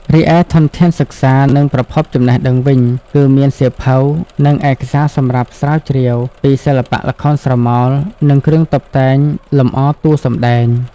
រីឯធនធានសិក្សា និងប្រភពចំណេះដឹងវិញ គឺមានសៀវភៅ និងឯកសារសម្រាប់ស្រាវជ្រាវពីសិល្បៈល្ខោនស្រមោល និងគ្រឿងតុបតែងលម្អតួសម្តែង។